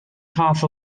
half